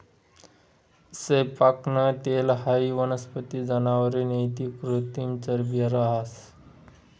सैयपाकनं तेल हाई वनस्पती, जनावरे नैते कृत्रिम चरबी रहास